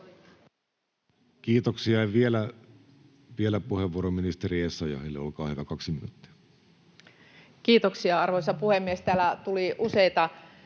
Kiitoksia. — Ja vielä puheenvuoro ministeri Essayahille, olkaa hyvä, kaksi minuuttia. Kiitoksia, arvoisa puhemies! Täällä tuli useita